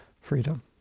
freedom